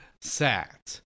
sat